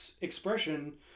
expression